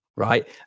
Right